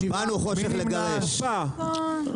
יהיו בבית הזה חברי כנסת שיעשו את כל המחטפים הפוליטיים הנדרשים ואת